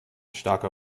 starker